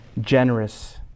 generous